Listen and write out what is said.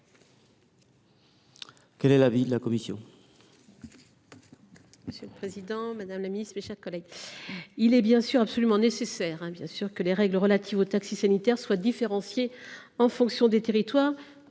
Quel est l’avis de la commission ?